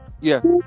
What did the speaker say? Yes